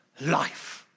life